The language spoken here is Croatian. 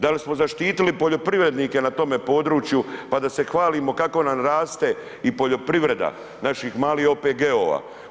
Da li smo zaštitili poljoprivrednike na tom području pa da se hvalimo kako nam raste i poljoprivreda naših malih OPG-ova.